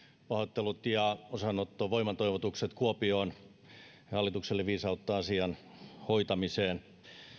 pahoittelut ja osanotto ja voimantoivotukset kuopioon ja hallitukselle viisautta asian hoitamiseen